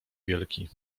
wielki